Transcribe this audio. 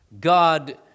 God